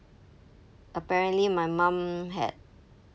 apparently my mum had